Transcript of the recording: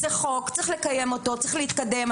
זה חוק, צריך לקיים אותו להתקדם.